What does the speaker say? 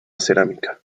cerámica